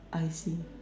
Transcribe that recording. I see